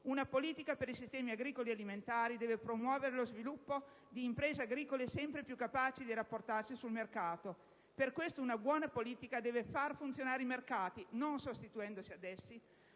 la politica per i sistemi agricoli ed alimentari deve promuovere lo sviluppo di imprese agricole sempre più capaci di rapportarsi sul mercato. Per questo una buona politica deve far funzionare i mercati, non sostituendosi ad essi